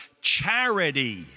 charity